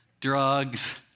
drugs